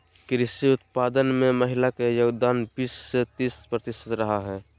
कृषि उत्पादन में महिला के योगदान बीस से तीस प्रतिशत रहा हइ